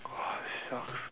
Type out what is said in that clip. !wah! shucks